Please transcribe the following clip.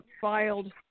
filed